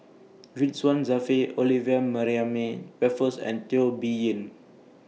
Ridzwan Dzafir Olivia Mariamne Raffles and Teo Bee Yen